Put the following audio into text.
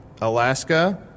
Alaska